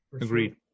Agreed